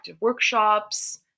workshops